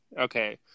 Okay